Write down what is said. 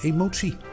Emotie